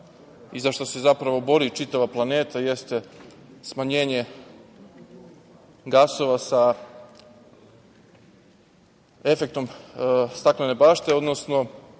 i za šta se zapravo bori čitava planeta, jeste smanjenje gasova sa efektom staklene bašte, odnosno